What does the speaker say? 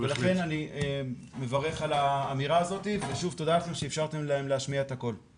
לכן אני מברך על האמירה הזאת ושוב תודה לכם שאפשרתם להם להשמיע את הקול.